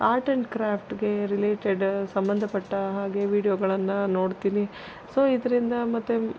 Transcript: art and ಕ್ರಾಫ್ಟ್ಗೆ related ಸಂಬಂಧಪಟ್ಟ ಹಾಗೆ ವಿಡ್ಯೋಗಳನ್ನು ನೋಡ್ತೀನಿ ಸೊ ಇದರಿಂದ ಮತ್ತು